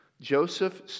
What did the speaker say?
Joseph